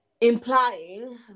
implying